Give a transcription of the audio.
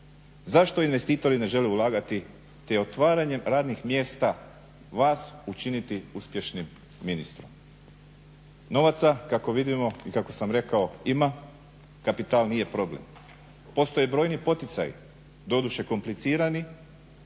Zašto investitori ne žele ulagati te otvaranjem radnih mjesta vas učiniti uspješnijim ministrom? Novaca kako vidimo i kako sam rekao ima, kapital nije problem. Postoje brojni poticaji, doduše komplicirani